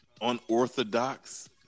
unorthodox